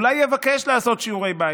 אולי יבקש לעשות שיעורי בית,